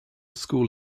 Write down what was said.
school